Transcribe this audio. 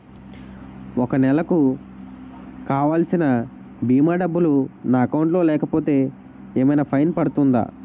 ఒక నెలకు కావాల్సిన భీమా డబ్బులు నా అకౌంట్ లో లేకపోతే ఏమైనా ఫైన్ పడుతుందా?